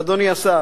ואדוני השר,